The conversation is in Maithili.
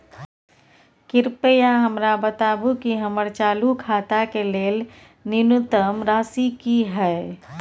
कृपया हमरा बताबू कि हमर चालू खाता के लेल न्यूनतम शेष राशि की हय